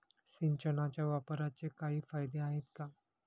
सिंचनाच्या वापराचे काही फायदे आहेत का?